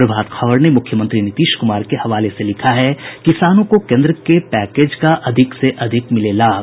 प्रभात खबर ने मुख्यमंत्री नीतीश कुमार के हवाले से लिखा है किसानों को केन्द्र के पैकेज का अधिक से अधिक मिले लाभ